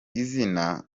izina